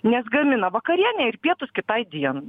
nes gamina vakarienę ir pietus kitai dienai